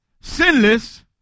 Sinless